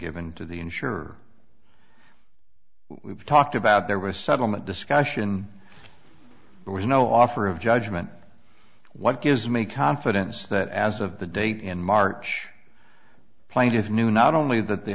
given to the insurer we've talked about there was settlement discussion there was no offer of judgment what gives me confidence that as of the date in march plaintiffs knew not only that the